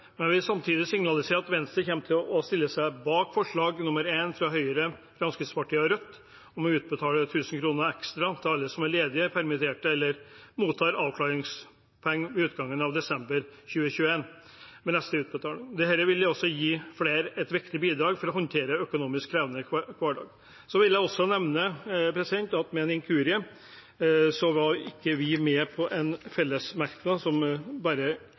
vil samtidig signalisere at Venstre kommer til å stille seg bak forslag nr. 1, fra Høyre, Fremskrittspartiet og Rødt, om å utbetale 1 000 kr ekstra til alle som var ledig, permittert eller mottok avklaringspenger ved utgangen av desember 2021, ved neste utbetaling. Dette vil også gi flere et viktig bidrag for å håndtere en økonomisk krevende hverdag. Så vil jeg også nevne at ved en inkurie var ikke Venstre, som eneste parti, med på en fellesmerknad som